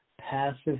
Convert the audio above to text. passive